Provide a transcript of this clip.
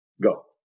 go